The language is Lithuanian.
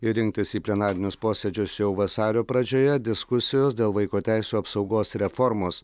ir rinktis į plenarinius posėdžius jau vasario pradžioje diskusijos dėl vaiko teisių apsaugos reformos